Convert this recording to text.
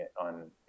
on